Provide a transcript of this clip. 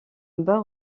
bas